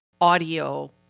audio